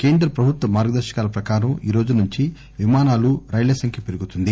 కేంద్ర ప్రభుత్వ మార్గదర్పకాల ప్రకారం నేటి నుంచి విమానాలు రైళ్ల సంఖ్య పెరుగుతుంది